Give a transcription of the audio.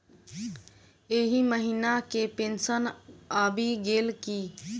एहि महीना केँ पेंशन आबि गेल की